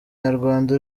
nyarwanda